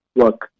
work